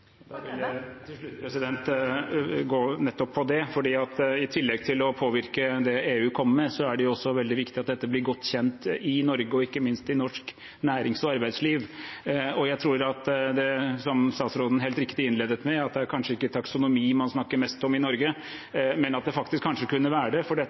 Til slutt noe om nettopp det, for i tillegg til at man påvirker det EU kommer med, er det også veldig viktig at dette blir gjort godt kjent i Norge og ikke minst i norsk nærings- og arbeidsliv. Jeg tror at det er helt riktig, det som statsråden innledet med, at det kanskje ikke er taksonomi man snakker mest om i Norge, men at det faktisk kanskje kunne være det, for dette